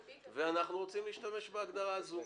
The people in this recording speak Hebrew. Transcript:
ורוצים להשתמש בהגדרה הזו,